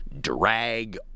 drag